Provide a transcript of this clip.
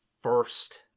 first